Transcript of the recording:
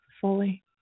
fully